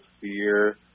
fear